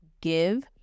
give